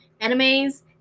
animes